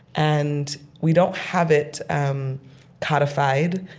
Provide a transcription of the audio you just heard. and we don't have it um codified.